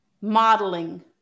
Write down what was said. Modeling